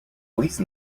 police